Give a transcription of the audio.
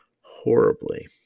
Horribly